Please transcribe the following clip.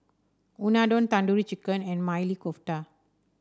Unadon Tandoori Chicken and Maili Kofta